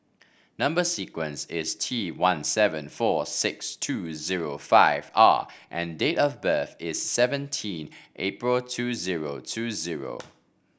number sequence is T one seven four six two zero five R and date of birth is seventeen April two zero two zero